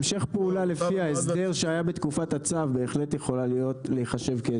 המשך פעולה לפי ההסדר שהיה בתקופת הצו בהחלט יכול להיחשב כהסדר.